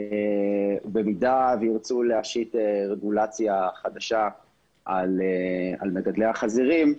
במידה וירצו להשית רגולציה חדשה על מגדלי החזירים,